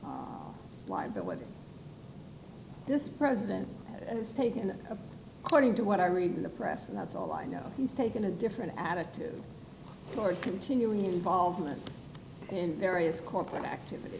personal liability this president has taken a party to what i read in the press and that's all i know he's taken a different attitude toward continuing involvement in various corporate activity